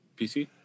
PC